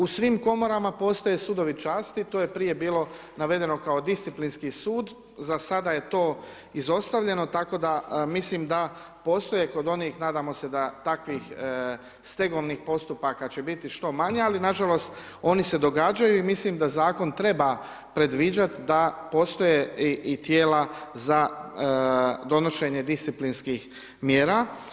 U svim komorama postoje sudovi časti, to je prije bilo navedeno kao disciplinski sud, za sada je to izostavljeno tako da mislim da postoje kod onih, nadamo se da takvih stegovnim postupaka će biti što manje ali nažalost oni se događaju i mislim da zakon treba predviđat da postoje i tijela za donošenje disciplinskih mjera.